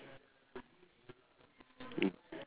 mm